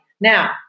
Now